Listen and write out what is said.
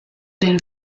den